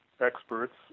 experts